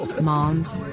moms